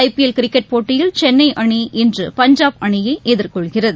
ஜ PL cricket போட்டியில் சென்னைஅணி இன்று பஞ்சாப் அணியைஎதிர்கொள்கிறது